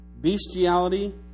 bestiality